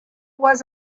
was